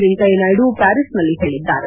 ವೆಂಕಯ್ಯನಾಯ್ಡು ಪ್ಯಾರೀಸ್ನಲ್ಲಿ ತಿಳಿಸಿದ್ದಾರೆ